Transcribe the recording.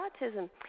autism